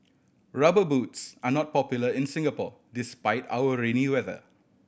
Rubber Boots are not popular in Singapore despite our rainy weather